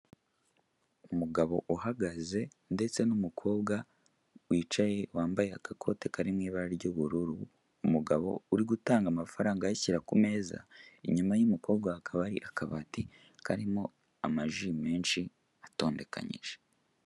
Umugabo uhagaze ndetse n'umukobwa wicaye wambaye agakote kari mu ibara ry'ubururu, umugabo uri gutanga amafaranga ayashira ku meza inyuma y'umukobwa hakaba hari akabati karimo amaji menshi atondekanyije.